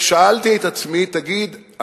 ושאלתי את עצמי: תגיד,